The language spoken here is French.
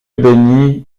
béni